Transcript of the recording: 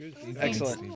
Excellent